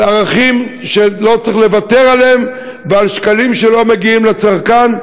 על ערכים שלא צריך לוותר עליהם ועל שקלים שלא מגיעים לצרכן,